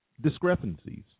discrepancies